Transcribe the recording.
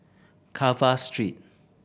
Carver Street